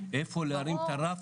איפה להרים את הרף,